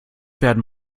werden